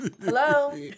Hello